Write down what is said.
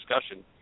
discussion